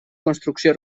construcció